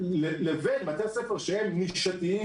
לבין בתי ספר שהם נישתיים,